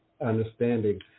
understanding